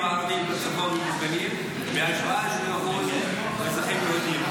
הערבים בצפון מוגנים -- -בהשוואה לאזרחים יהודים.